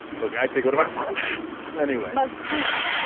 like i cigarettes anyway last week